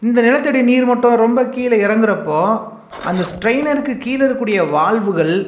இந்த நிலத்தடி நீர் மட்டம் ரொம்ப கீழே இறங்குறப்போ அந்த ஸ்ட்ரைனருக்கு கீழே இருக்கக்கூடிய வால்வுகள்